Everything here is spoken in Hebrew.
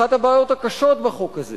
אחת הבעיות הקשות בחוק הזה